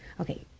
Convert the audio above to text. Okay